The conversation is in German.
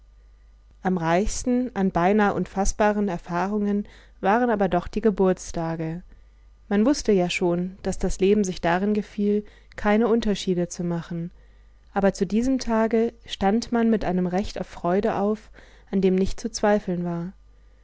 am reichsten an beinah unfaßbaren erfahrungen waren aber doch die geburtstage man wußte ja schon daß das leben sich darin gefiel keine unterschiede zu machen aber zu diesem tage stand man mit einem recht auf freude auf an dem nicht zu zweifeln war